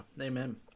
amen